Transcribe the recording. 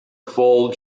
full